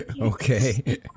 Okay